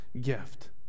gift